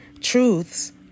truths